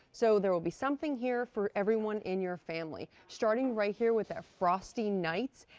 so there will be something here for everyone in your family. starting right here with our frosty nights.